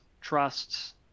trusts